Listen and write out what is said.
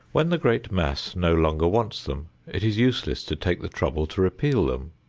when the great mass no longer wants them, it is useless to take the trouble to repeal them.